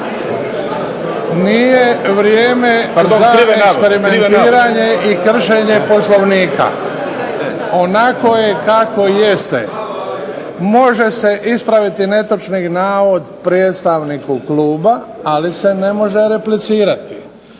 razumije se./ ... diskutiranje i kršenje poslovnika. Onako je kako jeste. Može se ispraviti netočni navod predstavniku kluba, ali se ne može replicirati.